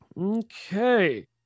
Okay